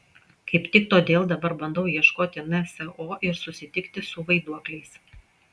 kaip tik todėl dabar bandau ieškoti nso ir susitikti su vaiduokliais